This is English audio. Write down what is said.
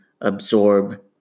absorb